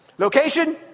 Location